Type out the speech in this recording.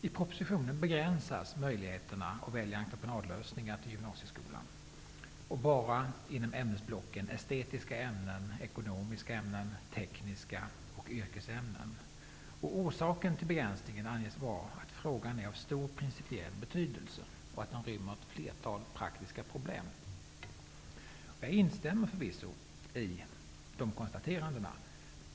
I propositionen begränsas möjligheterna att välja entreprenadlösningar till gymnasieskolan. Dessa möjligheter finns endast inom ämnesblocken estetiska, ekonomiska, tekniska ämnen och yrkesämnen. Orsaken till denna begränsning anges vara att frågan är av stor principiell betydelse och rymmer ett flertal praktiska problem. Jag instämmer förvisso i dessa konstateranden.